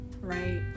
right